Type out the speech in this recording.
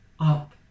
up